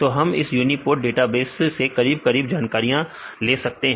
तो हम इस यूनीपोर्ट डेटाबेस से करीब करीब सारी जानकारियां ले सकते हैं